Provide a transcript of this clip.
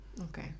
Okay